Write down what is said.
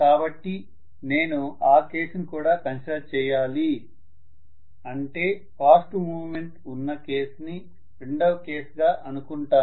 కాబట్టి నేను ఆ కేస్ ని కూడా కన్సిడర్ చేయాలి అంటే చాలా ఫాస్ట్ మూవ్మెంట్ ఉన్న కేస్ ని రెండవ కేస్ గా అనుకుంటాను